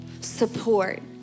support